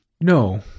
No